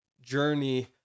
journey